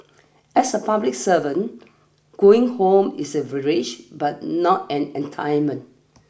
as a public servant going home is a privilege but not an